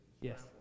Yes